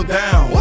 down